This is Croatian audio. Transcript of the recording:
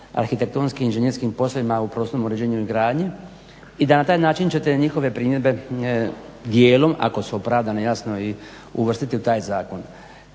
arhitektonskim i inženjerskim poslovima u prostornom uređenju i gradnji i da na taj način ćete njihove primjedbe dijelom, ako su opravdane jasno, i uvrstiti u taj zakon.